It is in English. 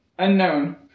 Unknown